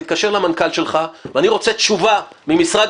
תתקשר למנכ"ל שלך ואני רוצה תשובה ממשרד